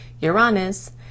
Uranus